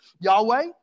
Yahweh